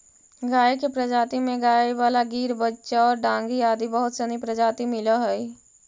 गाय के प्रजाति में गयवाल, गिर, बिच्चौर, डांगी आदि बहुत सनी प्रजाति मिलऽ हइ